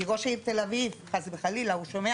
כי ראש העיר תל אביב חס וחלילה הוא שומע